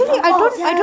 melampau sia